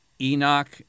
Enoch